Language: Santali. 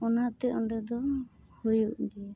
ᱚᱱᱟ ᱛᱮ ᱚᱸᱰᱮ ᱫᱚ ᱦᱩᱭᱩᱜ ᱜᱮᱭᱟ